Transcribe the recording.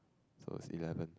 so see heaven